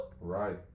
Right